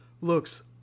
looks